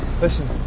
listen